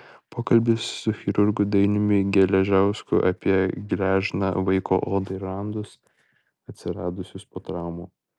pokalbis su chirurgu dainiumi geležausku apie gležną vaiko odą ir randus atsiradusius po traumų